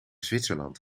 zwitserland